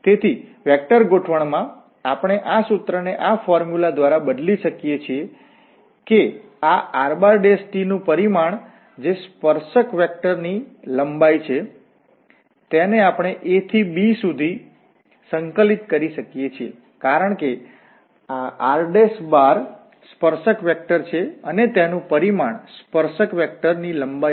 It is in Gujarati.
તેથી વેક્ટરગોઠવણમાં અમે આ સૂત્રને આ ફોર્મ્યુલા દ્વારા બદલી શકીએ છીએ કે આ rt નુ પરિમાણ જે સ્પર્શક વેક્ટર ની લંબાઈ છે તેને આપણે a થી b સુધી સંકલિત કરી શકીએ છીએ કારણ કે r સ્પર્શક વેક્ટર છે અને તેનુ પરિમાણ સ્પર્શક વેક્ટર ની લંબાઈ હશે